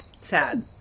sad